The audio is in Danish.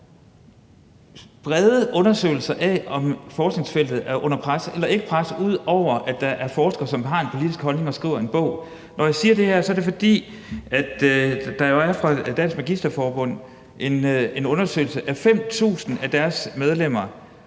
brede undersøgelser af, om forskningsfeltet er under pres eller ej, ud over at der er forskere, som har en politisk holdning og skriver en bog? Når jeg siger det her, er det, fordi der jo fra Dansk Magisterforenings side er en undersøgelse af 5.000 af deres medlemmer,